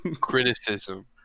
criticism